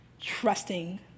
trusting